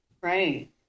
right